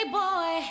boy